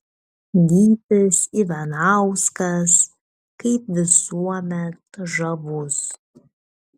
gytis ivanauskas kaip visuomet žavus